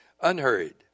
Unhurried